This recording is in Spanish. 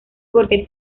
porque